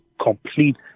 complete